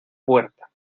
puerta